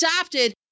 adopted